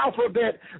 alphabet